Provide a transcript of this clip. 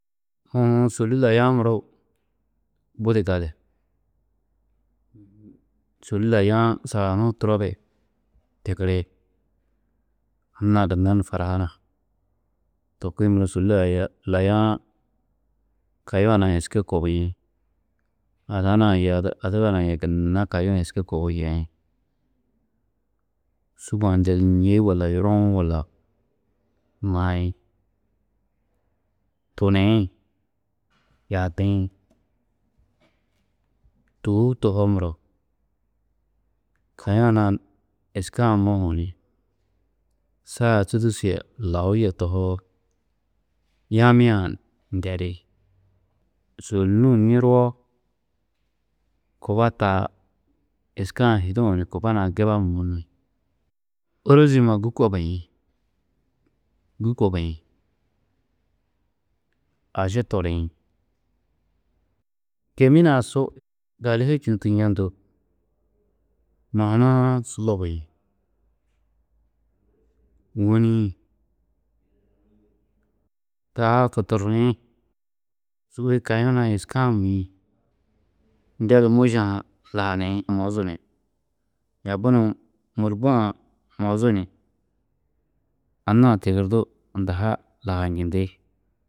Aã sôlli laya-ã muro budi gali, sôlli laya-ã sagahunu hu turo di tigiri, anna-ã gunnan farhana. To kuĩ muro sôlli laya laya-ã kayuã nua êske kobiĩ, ada nua yê adiba nua yê gunna kayuã êske kobuũ yeĩ. Sûg-ã ndedu ni ñê walla yuroũ walla maĩ, tuniĩ, yaabii-ĩ tûgohu tohoo muro kayuã nua êske-ã mohũ ni saa tûdušu yê lau yê tohoo, yaamia-ã ndedi sôllinuũ niroo, kuba taa êske-ã hiduũ ni kuba nua giba mûĩ, ôrozi numa gûi kobiĩ, gûi kobiĩ, aši toriĩ, kêmin-ã su galîhe čûdutu njendu mahunu-ã su lobiĩ, wôniĩ, taa futuriĩ, sûgoi kayuã nua êske-ã mûĩ, ndedu môše-ã ha lahaniĩ, mozu ni yaabi nuũ môrbua-ã mozu ni anna-ã tigirdu unda ha lahanjindi.